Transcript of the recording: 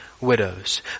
widows